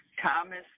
Thomas